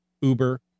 uber